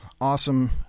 awesome